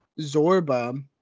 Zorba